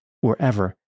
wherever